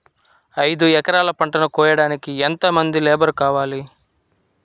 ఐదు ఎకరాల పంటను కోయడానికి యెంత మంది లేబరు కావాలి?